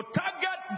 target